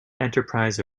enterprise